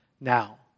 now